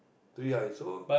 three right so